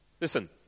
Listen